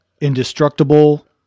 indestructible